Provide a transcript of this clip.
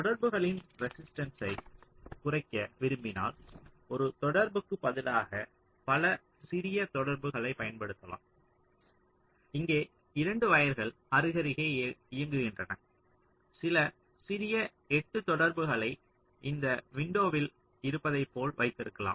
தொடர்புகளின் ரெசிஸ்டன்ஸ்யை குறைக்க விரும்பினால் ஒரு தொடர்புக்கு பதிலாக பல சிறிய தொடர்புகளைப் பயன்படுத்தலாம் இங்கே 2 வயர்கள் அருகருகே இயங்குகின்றன சில சிறிய 8 தொடர்புகளை இந்த விண்டோவில் இருப்பதை போல வைத்திருக்கலாம்